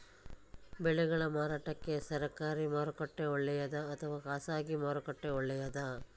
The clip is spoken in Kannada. ಬೆಳೆಗಳ ಮಾರಾಟಕ್ಕೆ ಸರಕಾರಿ ಮಾರುಕಟ್ಟೆ ಒಳ್ಳೆಯದಾ ಅಥವಾ ಖಾಸಗಿ ಮಾರುಕಟ್ಟೆ ಒಳ್ಳೆಯದಾ